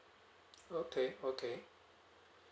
okay okay